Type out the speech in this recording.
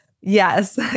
Yes